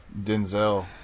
Denzel